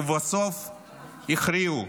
ובסוף הכריעו: